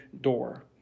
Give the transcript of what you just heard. door